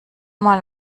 mal